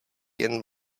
jen